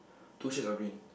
two shirts are green